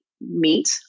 meat